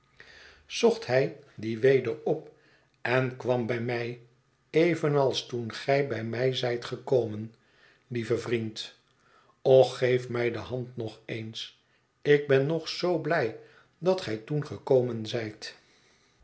zocht hij die weder op en kwam bij mij evenals toen gij bij mij zijt gekomen lieve vriend och geef mij de hand nog eens ik ben nog zoo blij dat gij toen gekomen zijt